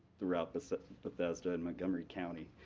throughout but bethesda and montgomery county.